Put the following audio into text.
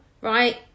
right